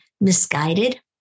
misguided